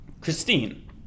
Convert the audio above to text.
Christine